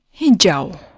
Hijau